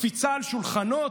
קפיצה על שולחנות?